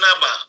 Naba